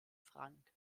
frank